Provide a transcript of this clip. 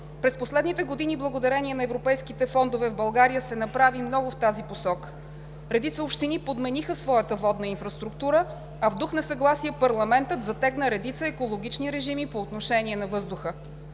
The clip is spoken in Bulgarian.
През последните години благодарение на европейските фондове в България се направи много в тази посока. Редица общини подмениха своята водна инфраструктура, а в дух на съгласие парламентът затегна редица екологични режими по отношение на въздуха.